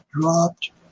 dropped